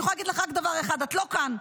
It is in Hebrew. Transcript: אני יכולה להגיד לך רק דבר אחד: את לא כאן,